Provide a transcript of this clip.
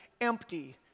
Empty